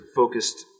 focused